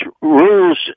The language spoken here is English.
rules